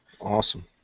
Awesome